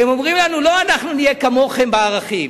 הם אומרים לנו: לא אנחנו נהיה כמוכם בערכים,